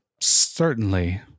Certainly